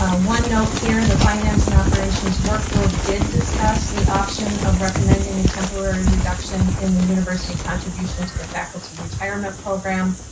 one note here, the finance and operations work group did discuss the option of recommending a temporary reduction in the university contribution to the faculty retirement program,